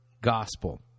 Gospel